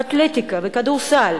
אתלטיקה וכדורסל,